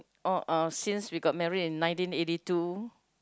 oh uh since we got married in nineteen eighty two